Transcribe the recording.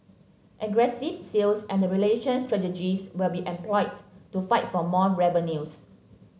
aggressive sales and relationship strategies will be employed to fight for more revenues